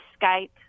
Skype